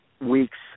weeks